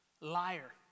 liar